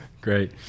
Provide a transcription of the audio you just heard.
Great